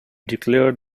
declared